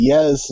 Yes